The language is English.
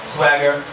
Swagger